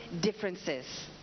differences